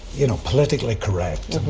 you know, politically correct.